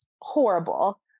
horrible